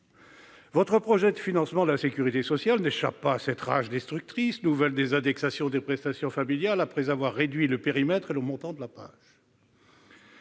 Votre projet de loi de financement de la sécurité sociale n'échappe pas à cette rage destructrice : nouvelle désindexation des prestations familiales après une réduction du périmètre et du montant de la PAJE